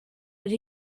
that